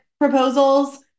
proposals